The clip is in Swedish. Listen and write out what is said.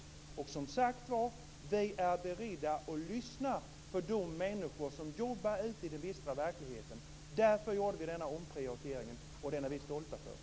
Vi är som sagt var beredda att lyssna på de människor som jobbar ute i den bistra verkligheten. Därför gjorde vi denna omprioritering. Den är vi stolta över.